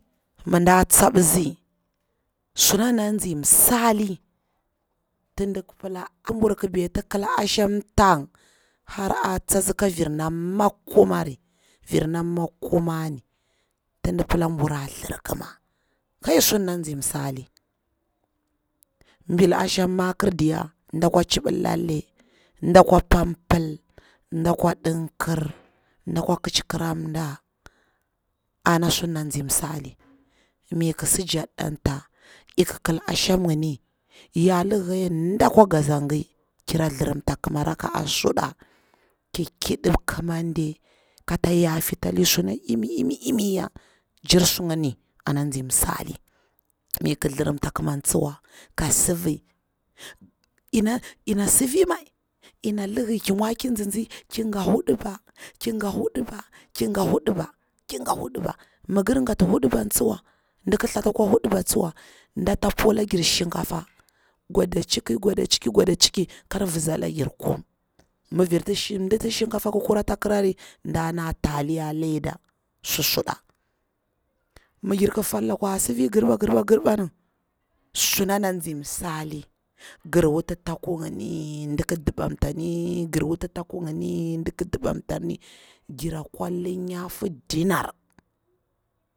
Mi nɗa tsaptsi suna na nzi mspili ti ndi pika, ti birki ɓeti. kil asham tang har a tsatsi ka vir na maku mari, vir na makaumani ti ndi pia bura thlirkima ha kai sun na tsi msali, bil asham makir diya ɗakwa chrib lalle, ndakwa pa pil, nɗa kwa ɗimkir, ndakwa kitchi kramda, ana suna tsi msali, mi ki silo jek ɗanta, ik kil asham ngim ya lihay nɗa nɗa akwa ngaza ngi kira thlirimta kima raka'a suɗa, ki ƙiɗi kimaɗe ƙata yafatali sunati imi imi imiyyajnjir su ngni ana tsi msali, mi ki thlirimta kiman tsuwa ka sifi ina, ina sifi mai ina litri ki mwa ki tsintsi ki nga huɗuba, ki nga huɗuba nga unɗiba, ki nga huɗuba mi gir gati luduban tsuwa, data pwa la gir shin kafa gwada ciki gwada ciki kan vitsa lagir kum, mdinati shinkafa ki kur ata kirari inda ndari taliya leader su suɗa, mi njir ki fat laku a sifi girɓa girɓa girɓa rig, sunana tsi msali, gir wuti taku ngini, diki di bamdani gir wuti taku ngini dik dibamtan ngir kwa lin nyafur dinar.